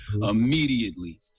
immediately